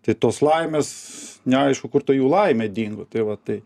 tai tos laimės neaišku kur ta jų laimė dingo tai va tai